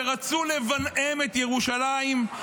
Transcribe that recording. כשרצו לבנאם את ירושלים,